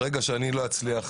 ברגע שאני לא אצליח